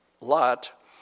Lot